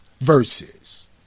Verses